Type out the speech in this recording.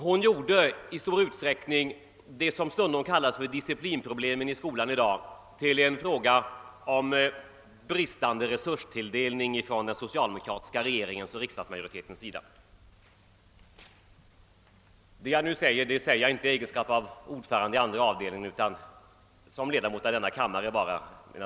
Hon gjorde i stor utsträckning det som stundom kallas disciplinproblemen i skolan till en fråga om bristande resurstilldelning från den socialdemokratiska regeringens och riksdagsmajoritetens sida. Jag talar nu inte i egenskap av ordförande i statsutskottets andra avdelning utan som ledamot av denna kammare.